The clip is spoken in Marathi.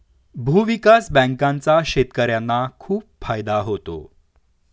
भूविकास बँकांचा शेतकर्यांना खूप फायदा होतो